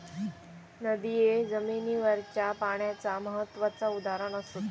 नदिये जमिनीवरच्या पाण्याचा महत्त्वाचा उदाहरण असत